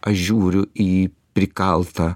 aš žiūriu į prikaltą